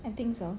I think so